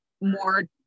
more